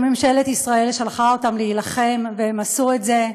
שממשלת ישראל שלחה אותם להילחם, והם עשו את זה,